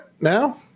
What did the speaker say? now